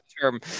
term